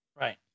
right